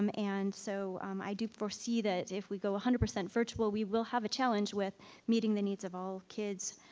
um and so i do foresee that if we go one hundred percent virtual, we will have a challenge with meeting the needs of all kids,